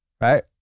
Right